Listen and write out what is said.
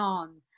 on